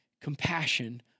compassion